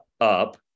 up